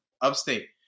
upstate